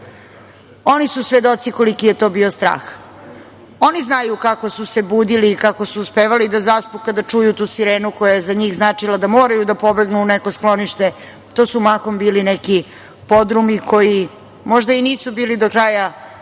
Oni su svedoci koliki je to bio strah. Oni znaju kako su se budili i kako su uspevali da zaspu kada čuju tu sirenu koja je za njih značila da moraju da pobegnu u neko sklonište. To su mahom bili neki podrumi koji možda i nisu bili do kraja